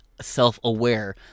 self-aware